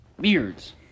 beards